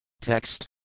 Text